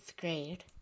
grade